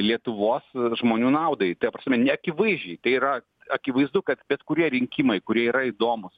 lietuvos žmonių naudai ta prasme neakivaizdžiai tai yra akivaizdu kad bet kurie rinkimai kurie yra įdomūs